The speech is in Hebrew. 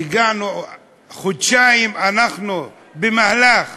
חודשיים אנחנו במהלך